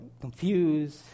Confused